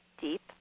deep